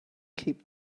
keep